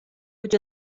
would